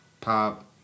pop